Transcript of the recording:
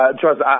trust